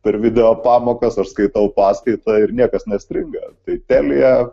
per video pamokas aš skaitau paskaitą ir niekas nestringa tai telija